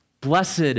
Blessed